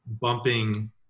bumping